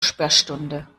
sperrstunde